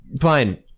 Fine